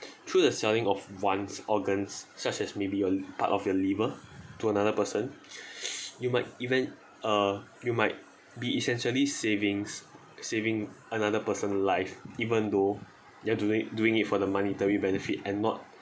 through the selling of one's organs such as maybe a part of your liver to another person you might even uh you might be essentially savings saving another person life even though you're doing doing it for the monetary benefit and not